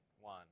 one